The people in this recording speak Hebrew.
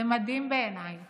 זה מדהים בעיניי